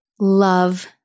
love